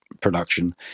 production